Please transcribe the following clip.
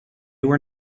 were